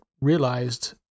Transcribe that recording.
realized